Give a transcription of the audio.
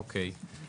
אוקיי.